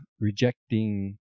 rejecting